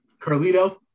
Carlito